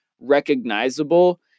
recognizable